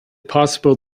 possible